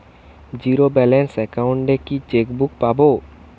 Zero balance account এ কি chequebook পাব?